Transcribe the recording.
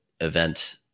event